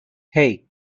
hey